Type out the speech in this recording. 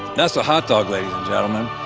that's a hot dog, ladies and gentlemen.